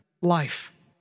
life